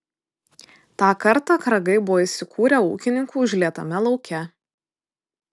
tą kartą kragai buvo įsikūrę ūkininkų užlietame lauke